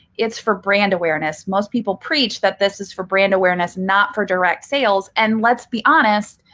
it's for brand awareness. most people preach that this is for brand awareness, not for direct sales. and let's be honest.